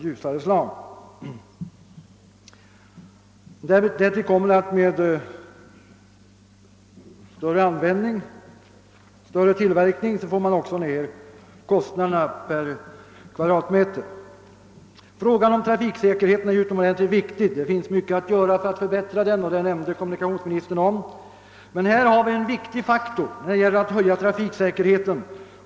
Därtill kommer att man med ökad användning av denna teknik och därmed följande massframställning torde kunna pressa kostnaderna per kvadratmeter. Frågan om trafiksäkerheten är ju synnerligen viktig, och det finns utomordentligt mycket att göra för att förbättra den, vilket nämndes av kommunikationsministern. Den åtgärd vi nu diskuterar är en viktig faktor i strävan att höja trafiksäkerheten.